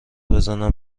بزنم